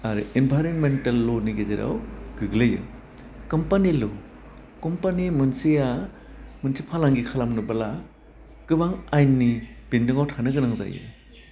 आर environmental ल' नि गेजेराव गोग्लैयो कम्पानि ल' कम्पानि मोनसेया मोनसे फालांगि खालामनोब्ला गोबां आयेनि बेन्दोङाव थानो गोनां जायो